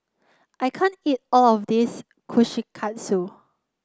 I can't eat all of this Kushikatsu